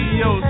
yo